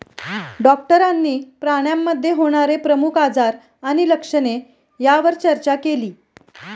डॉक्टरांनी प्राण्यांमध्ये होणारे प्रमुख आजार आणि लक्षणे यावर चर्चा केली